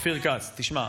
אופיר כץ: תשמע,